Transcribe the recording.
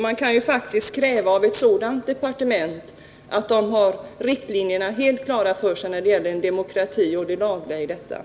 Man kan faktiskt kräva att ett sådant departement skall ha riktlinjerna för det lagliga förfarandet i en demokrati helt klara för sig.